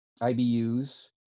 IBUs